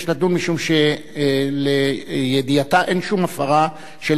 כי לידיעתה אין שום הפרה של ההסכם.